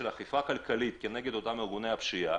של אכיפה כלכלית כנגד אותם ארגוני השפיעה,